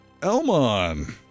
Elmon